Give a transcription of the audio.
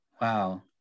Wow